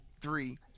three